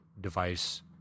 device